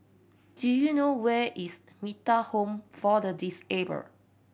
do you know where is Metta Home for the Disabled